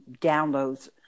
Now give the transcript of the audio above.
downloads